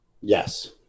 Yes